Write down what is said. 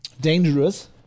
dangerous